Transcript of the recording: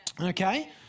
okay